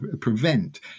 prevent